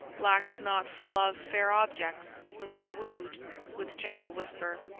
lacked not for love fair objects whom they wooed with gentle whisper.